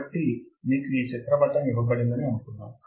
కాబట్టి మీకు ఈ చిత్రపటము ఇవ్వబడిందని అనుకుందాం